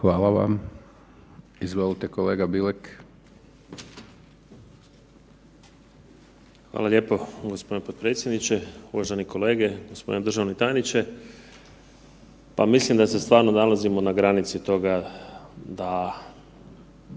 Vladimir (Nezavisni)** Hvala lijepo gospodine potpredsjedniče. Uvaženi kolege, gospodine državni tajniče pa mislim da se stvarno nalazimo na granici toga da